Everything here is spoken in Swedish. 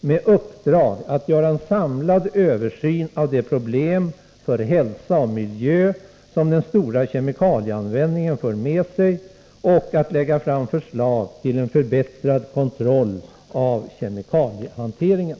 med uppdrag att göra en samlad översyn av de problem för hälsa och miljö som den stora kemikalieanvändningen för med sig och att lägga fram förslag till en förbättrad kontroll av kemikaliehanteringen.